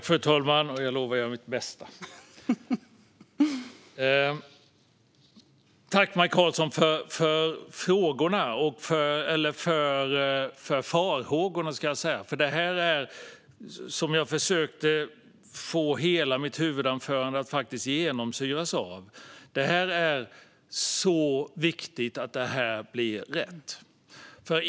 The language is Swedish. Fru talman! Jag lovar att göra mitt bästa. Tack, Maj Karlsson, för frågorna, eller farhågorna! Det var detta som jag försökte få hela mitt huvudanförande att genomsyras av - det är viktigt att det här blir rätt.